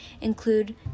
include